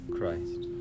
Christ